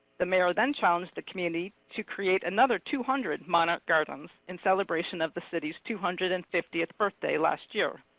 the mayor then challenged the community to create another two hundred monarch gardens, in celebration of the city's two hundred and fiftieth birthday last year.